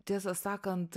tiesą sakant